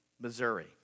Missouri